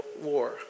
war